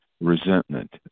resentment